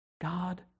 God